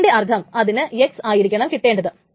അതിന്റെ അർത്ഥം അതിന് X ആയിരിക്കണം കിട്ടേണ്ടത്